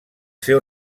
seu